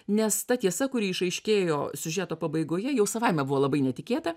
nes ta tiesa kuri išaiškėjo siužeto pabaigoje jau savaime buvo labai netikėta